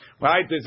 Right